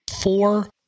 four